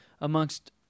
amongst